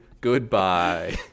Goodbye